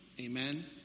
Amen